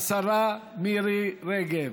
השרה מירי רגב,